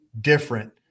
different